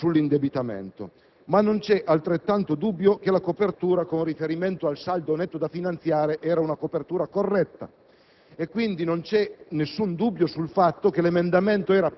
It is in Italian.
perfezionamento della norma di copertura a valere sull'indebitamento. Ma non c'è dubbio che la copertura, con riferimento al saldo netto da finanziare, era corretta,